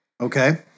Okay